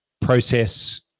process